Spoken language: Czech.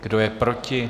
Kdo je proti?